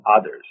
others